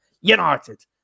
United